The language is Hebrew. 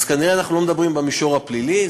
אז כנראה אנחנו לא מדברים במישור הפלילי,